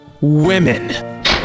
Women